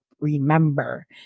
Remember